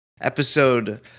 episode